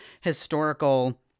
historical